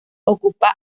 ocupa